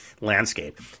landscape